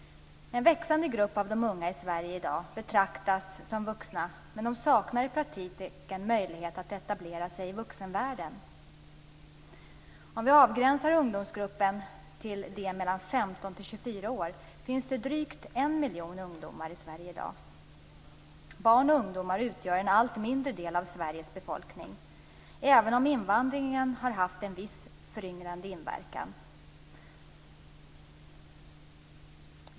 En växande grupp av de unga i Sverige i dag betraktas som vuxna, men de saknar i praktiken möjlighet att etablera sig i vuxenvärlden. Om vi avgränsar ungdomsgruppen till dem som är 15-24 år finns det drygt en miljon ungdomar i Sverige i dag. Barn och ungdomar utgör en allt mindre del av Sveriges befolkning, även om invandringen har haft en viss föryngrande inverkan.